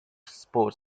sport